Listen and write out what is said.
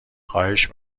خواهش